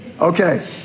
Okay